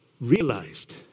realized